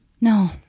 No